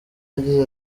yagize